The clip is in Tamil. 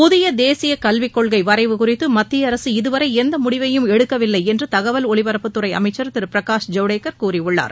புதிய கதேசிய கல்வி கொள்கை வரைவு குறித்து மத்திய அரசு இதுவரை எந்த முடிவையும் எடுக்கவில்லை என்று தகவல் ஒலிபரப்புத்துறை அமைச்சர் திரு பிரகாஷ் ஜவ்டேகர் கூறியுள்ளார்